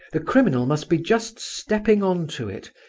the criminal must be just stepping on to it,